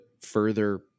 further